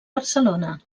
barcelona